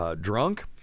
drunk